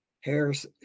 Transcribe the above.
Harris